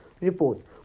reports